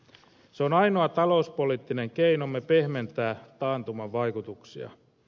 se on ainoa talouspoliittinen keinomme pehmentää taantuman vaikutuksia